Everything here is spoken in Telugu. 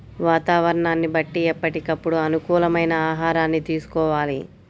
వాతావరణాన్ని బట్టి ఎప్పటికప్పుడు అనుకూలమైన ఆహారాన్ని తీసుకోవాలి